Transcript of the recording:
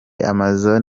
amazon